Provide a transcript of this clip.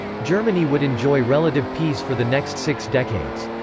germany would enjoy relative peace for the next six decades.